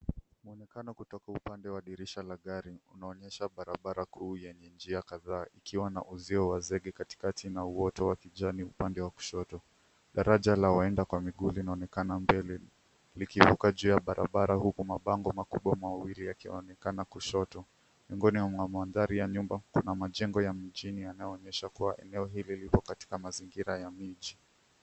Muonekano kutoka upande wa dirisha la gari unaonyesha barabara kuu yenye njia kadhaa ikiwa na uzio wa zege katikati na uoto wa kijani upande wa kushoto, daraja la waenda kwa miguu linaonekana mbele likivuka juu ya barabara huku mabango makubwa mawili yakionekana kushoto, miongoni mwa mandahari yana nyumba, kuna majengo ya mjini, yanaonyesha kuwa eneo hili iko katika mazingira ya miji.